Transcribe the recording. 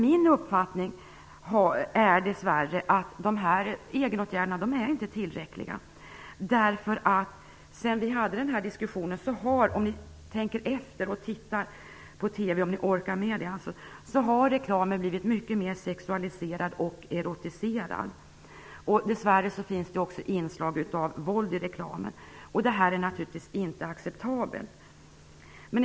Min uppfattning är dessvärre att dessa egenåtgärder inte är tillräckliga. Sedan vi hade diskussionen har - om ni har orkat med att titta på TV - reklamen blivit mycket mer sexualiserad och erotiserad. Dessvärre finns det också inslag av våld i reklamen. Detta är naturligtvis inte acceptabelt.